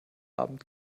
abend